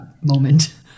moment